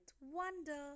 wonder